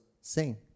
sing